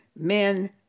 Men